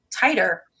tighter